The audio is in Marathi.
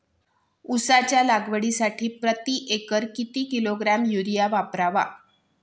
उसाच्या लागवडीसाठी प्रति एकर किती किलोग्रॅम युरिया वापरावा?